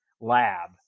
lab